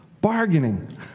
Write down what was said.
Bargaining